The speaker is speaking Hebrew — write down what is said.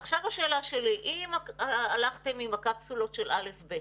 עכשיו השאלה שלי, אם הלכתם עם הקפסולות של א'-ב'